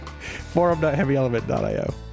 forum.heavyelement.io